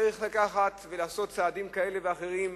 צריך לעשות צעדים כאלה ואחרים,